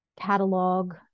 catalog